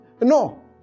No